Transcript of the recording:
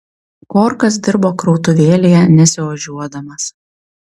korkas dirbo krautuvėlėje nesiožiuodamas